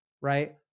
right